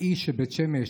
האיש שבית שמש,